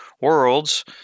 Worlds